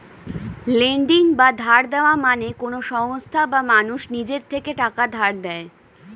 lending বা ধার দেওয়া মানে কোন সংস্থা বা মানুষ নিজের থেকে টাকা ধার দেয়